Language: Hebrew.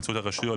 באמצעות הרשויות,